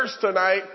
tonight